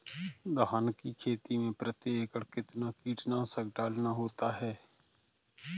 धान की खेती में प्रति एकड़ कितना कीटनाशक डालना होता है?